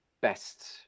best